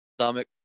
stomach